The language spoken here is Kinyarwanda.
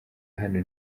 hano